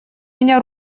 меня